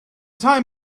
time